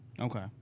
Okay